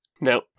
No